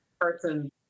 person